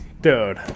Dude